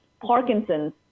parkinson's